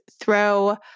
throw